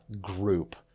group